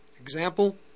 Example